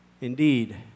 Indeed